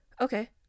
Okay